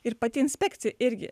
ir pati inspekcija irgi